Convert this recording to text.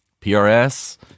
PRS